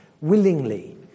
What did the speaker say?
Willingly